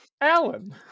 Alan